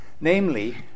namely